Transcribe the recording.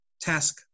task